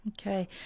Okay